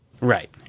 right